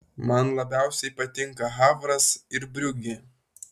man labiausiai patinka havras ir briugė